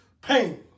pain